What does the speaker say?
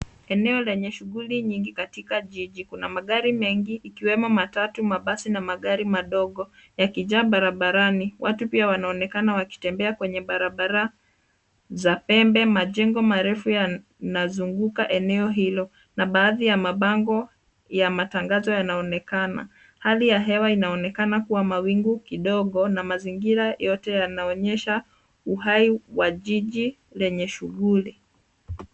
Eneo lenye shughuli nyingi katika jiji. Kuna magari mengine ikiwemo matatu, mabasi na magari madogo yakijaa barabarani. Watu pia wanaonekana wakitembea kwenye barabara za pembe. Majengo marefu yanazunguka eneo hilo na baadhi ya mabango ya matangazo yanaonekana. Hali ya hewa inaonekana kuwa mawingu kidogo na mazingira yote yanaonyesha uhai wa jiji lenye shughuli.